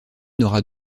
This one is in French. n’aura